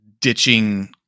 ditching